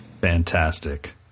fantastic